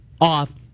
off